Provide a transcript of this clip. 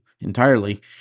entirely